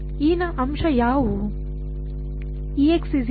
ನ ಅಂಶಗಳು ಯಾವುವು